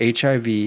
HIV